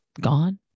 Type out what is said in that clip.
gone